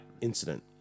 incident